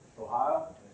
Ohio